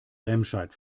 remscheid